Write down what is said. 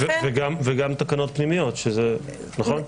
וגם תקנות פנימיות, נכון?